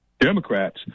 Democrats